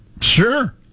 Sure